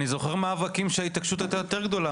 אני זוכר מאבקים שההתעקשות הייתה יותר גדולה,